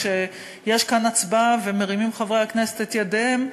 כשיש כאן הצבעה וחברי הכנסת מרימים את ידיהם,